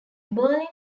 berlin